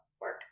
work